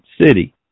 city